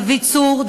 דוד צור,